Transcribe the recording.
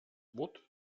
wort